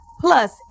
Plus